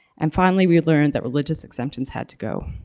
and finally, we learned that religious exemptions had to go.